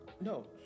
no